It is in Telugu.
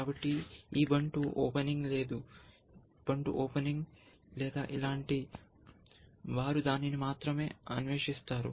కాబట్టి ఈ బంటు ఓపెనింగ్ లేదా బంటు ఓపెనింగ్ లేదా ఇలాంటివి వారు దానిని మాత్రమే అన్వేషిస్తారు